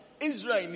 Israel